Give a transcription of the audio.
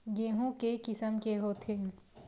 गेहूं के किसम के होथे?